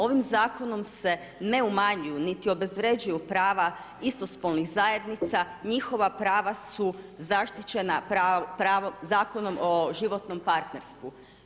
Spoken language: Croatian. Ovim Zakonom se ne umanjuju, niti obezvređuju prava istospolnih zajednica, njihova prava su zaštićena Zakonom o životnom partnerstvu.